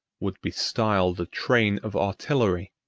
would be styled a train of artillery.